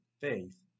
faith